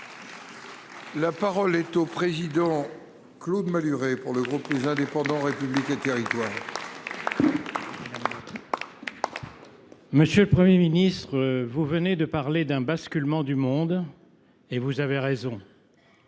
La parole est à M. Claude Malhuret, pour le groupe Les Indépendants – République et Territoires. Monsieur le Premier ministre, vous venez de parler d’un basculement du monde : vous avez raison